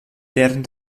deren